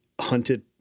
hunted